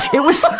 it was